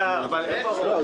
מבקש לתמוך ברוויזיה.